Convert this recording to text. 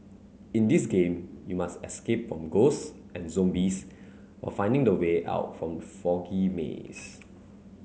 in this game you must escape from ghosts and zombies while finding the way out from foggy maze